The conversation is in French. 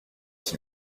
s’il